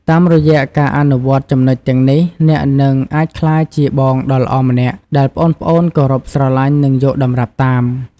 តាមរយៈការអនុវត្តចំណុចទាំងនេះ អ្នកនឹងអាចក្លាយជាបងដ៏ល្អម្នាក់ដែលប្អូនៗគោរពស្រឡាញ់ និងយកតម្រាប់តាម ។